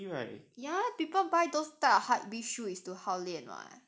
ya people buy those type of hypebeast shoe is to hao lian [what]